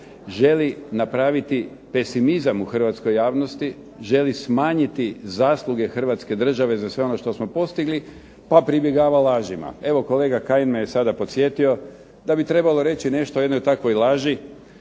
želi napraviti pesimizam u hrvatskoj javnosti, želi smanjiti zasluge hrvatske države za sve ono što smo postigli, pa pribjegava lažima. Evo kolega Kajin me je sad podsjetio da bi trebalo reći nešto o jednoj takvoj laži,